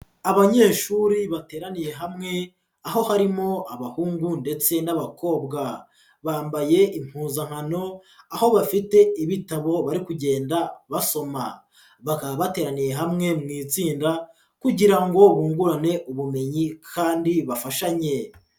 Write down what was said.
Abanyeshuri bateraniye hamwe, aho harimo abahungu ndetse n'abakobwa bambaye impuzankano; aho bafite ibitabo bari kugenda basoma, bakaba bateraniye hamwe mu itsinda kugira ngo bungurane ubumenyi kandi bafashanye.